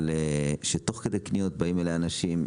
אבל שתוך כדי קניות באים אליי אנשים,